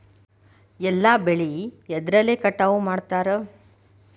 ಎಲ್ಲ ಬೆಳೆ ಎದ್ರಲೆ ಕಟಾವು ಮಾಡ್ತಾರ್?